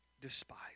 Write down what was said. despise